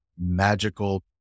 magical